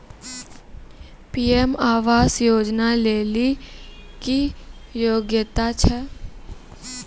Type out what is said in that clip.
PM आवास योजना लेली की योग्यता छै?